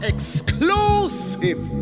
Exclusive